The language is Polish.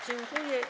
Dziękuję.